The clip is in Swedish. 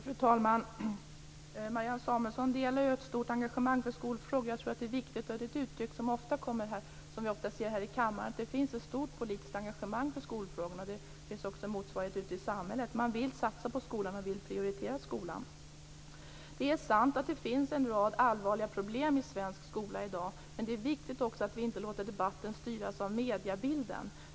Fru talman! Marianne Samuelsson och jag delar ett stort engagemang för skolfrågor. Jag tror att det är viktigt, och det kommer ofta till uttryck här i kammaren, att det finns ett stort politiskt engagemang för skolfrågorna. Det finns också ett motsvarande engagemang ute i samhället. Man vill satsa på skolan och prioritera skolan. Det är sant att det finns en rad allvarliga problem i svensk skola i dag. Men det är också viktigt att vi inte låter debatten styras av bilden i medierna.